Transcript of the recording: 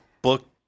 Book